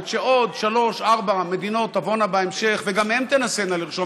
וכשעוד שלוש-ארבע מדינות תבואנה בהמשך וגם הן תנסינה לרשום